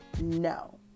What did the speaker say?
no